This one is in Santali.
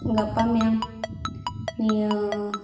ᱜᱟᱯᱟ ᱢᱮᱭᱟᱝ ᱱᱤᱭᱟᱹ